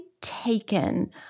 taken